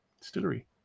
distillery